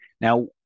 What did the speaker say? Now